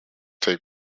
take